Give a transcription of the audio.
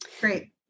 Great